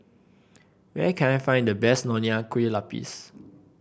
where can I find the best Nonya Kueh Lapis